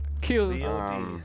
Kill